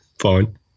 fine